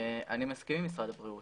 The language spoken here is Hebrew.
אני מסכים עם משרד הבריאות.